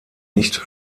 nicht